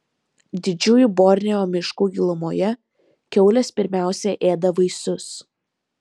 didžiųjų borneo miškų gilumoje kiaulės pirmiausia ėda vaisius